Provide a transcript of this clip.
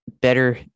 better